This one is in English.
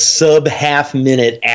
sub-half-minute